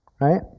right